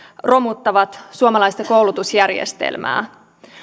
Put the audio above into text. romuttavat suomalaista koulutusjärjestelmää